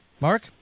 Mark